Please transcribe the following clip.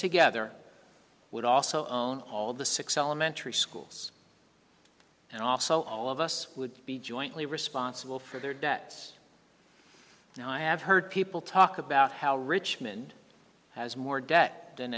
together would also own all the six alimentary schools and also all of us would be jointly responsible for their debts and i have heard people talk about how richmond has more debt than